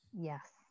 yes